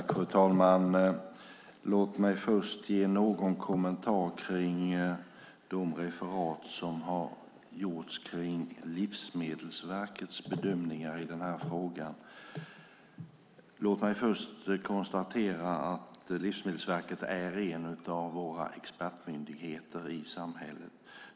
Fru talman! Låt mig först ge någon kommentar till de referat som har gjorts kring Livsmedelsverkets bedömningar i den här frågan. Låt mig konstatera att Livsmedelsverket är en av våra expertmyndigheter i samhället.